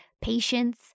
patience